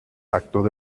actos